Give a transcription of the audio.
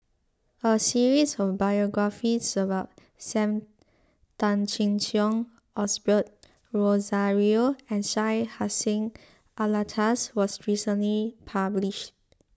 a series of biographies about Sam Tan Chin Siong Osbert Rozario and Syed Hussein Alatas was recently published